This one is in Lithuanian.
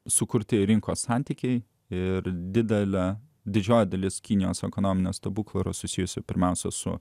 sukurti rinkos santykiai ir didele didžioji dalis kinijos ekonominio stebuklo yra susijusi pirmiausia su